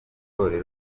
uruhare